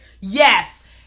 yes